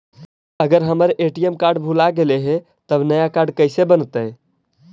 अगर हमर ATM card भुला गैलै हे तब नया काड कइसे बनतै?